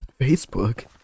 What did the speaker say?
facebook